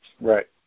Right